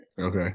okay